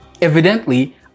Evidently